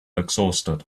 exhausted